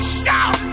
shout